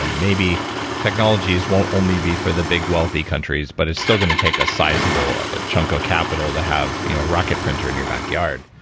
ah maybe technologies won't only be for the big wealthy countries, but it's still going to take a sizable chunk of capital to have you know rocket printer in your backyard.